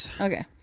Okay